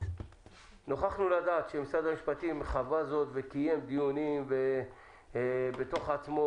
נוכחנו לדעת שמשרד המשפטים חווה זאת וקיים דיונים בתוך עצמו,